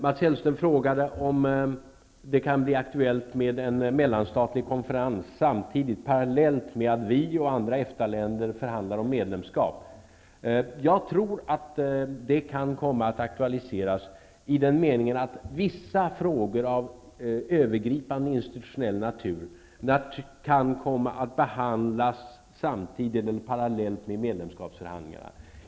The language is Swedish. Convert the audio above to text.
Mats Hellström frågade om det kan bli aktuellt med en mellanstatlig konferens samtidigt som vi och andra EFTA-länder förhandlar om medlemskap. Jag tror att det kan komma att aktualiseras i den meningen att vissa frågor av övergripande institutionell natur kan komma att behandlas samtidigt som medlemskapsförhandlingarna.